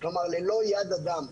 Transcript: כלומר ללא יד אדם.